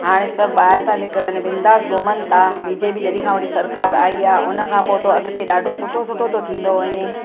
हाणे सभु ॿाहिरि था निकरनि बिंदास घुमनि था बीजेपी जॾहिं खां वठी सरकार आई आहे उन खां पो त अॻिते ॾाढो सुठो सुठो थो थींदो वञे